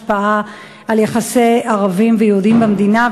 השפעה על יחסי ערבים ויהודים במדינה.